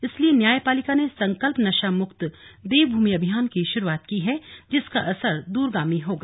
इसलिए न्याय पालिका ने संकल्प नशा मुक्त देवभूमि अभियान की शुरुआत की है जिसका असर दूरगामी होगा